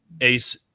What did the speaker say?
Ace